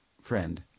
friend